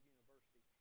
University